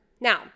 now